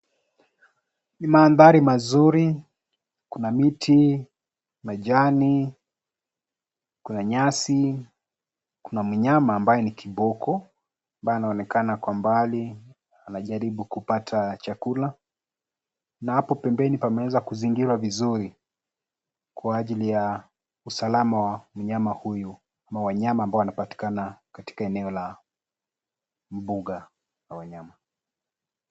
Ni mandhari mazuri , kuna miti , majani , kuna nyasi, kuna mnyama ambaye ni kiboko ambaye anaonekana kwa umbali anajaribu kupata chakula na hapo pembeni pameweza kuzingirwa vizuri kwa ajili ya usalama wa mnyama huyu ama wanyama ambao wanapatikana katika eneo la mbuga la wanyama.